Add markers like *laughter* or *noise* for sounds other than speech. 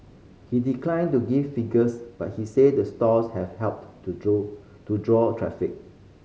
he decline to give figures but he say the stores have helped to *unintelligible* to draw traffic